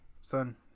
son